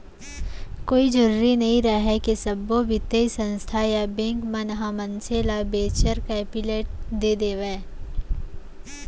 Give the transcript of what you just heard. कोई जरुरी नइ रहय के सब्बो बित्तीय संस्था या बेंक मन ह मनसे ल वेंचर कैपिलट दे देवय